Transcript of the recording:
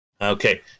Okay